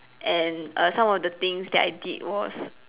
and err some of the things that I did was